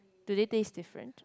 do they taste different